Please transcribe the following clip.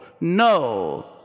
No